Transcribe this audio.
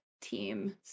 team